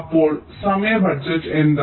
അപ്പോൾ സമയ ബജറ്റ് എന്താണ്